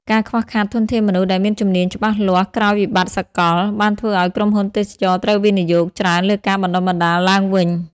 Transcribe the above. ការខ្វះខាតធនធានមនុស្សដែលមានជំនាញច្បាស់លាស់ក្រោយវិបត្តិសកល បានធ្វើឱ្យក្រុមហ៊ុនទេសចរណ៍ត្រូវវិនិយោគច្រើនលើការបណ្តុះបណ្តាលឡើងវិញ។